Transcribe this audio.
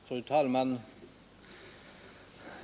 Fru talman!